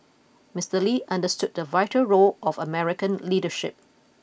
Mister Lee understood the vital role of American leadership